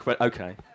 Okay